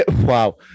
Wow